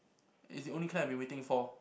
is the only clan I've been waiting for